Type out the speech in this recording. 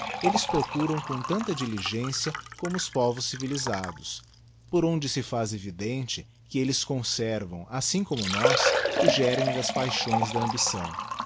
elles procuram com tanta diligencia como os povos civilisados por onde se faz evidente que elles conservam assim como nós o gérmen das paixões e da ambição